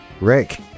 Rick